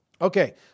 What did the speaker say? Okay